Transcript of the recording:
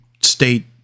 state